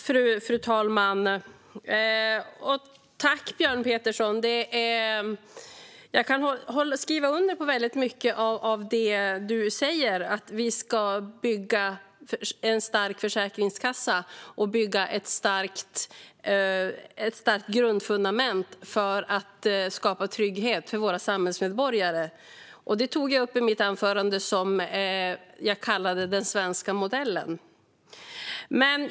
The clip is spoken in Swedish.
Fru talman! Jag kan skriva under på väldigt mycket av det som Björn Petersson säger om att vi ska bygga en stark försäkringskassa och ett starkt grundfundament för att skapa trygghet för våra samhällsmedborgare. Det tog jag upp i mitt anförande som något jag kallade för "den svenska modellen".